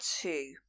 two